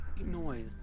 noise